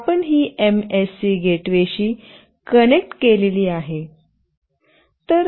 आपण ही एमएससी गेटवेशी कनेक्ट केलेली आहे